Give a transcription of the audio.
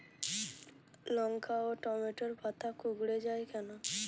লঙ্কা ও টমেটোর পাতা কুঁকড়ে য়ায় কেন?